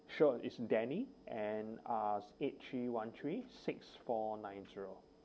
sure it's denny and uh it's eight three one three six four nine zero